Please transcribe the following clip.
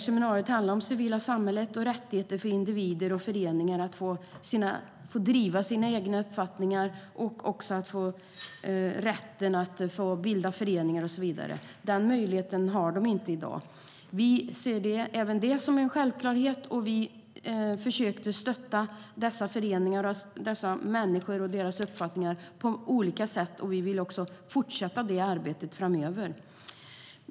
Seminariet handlade som sagt om det civila samhället och rättigheter för individer och grupper att få stå upp för sina uppfattningar, bilda föreningar och så vidare. Den möjligheten har de inte i dag. Vi ser även det som en självklarhet, och vi försökte stötta dessa människor och föreningar och deras uppfattningar på olika sätt. Vi vill också fortsätta det arbetet framöver.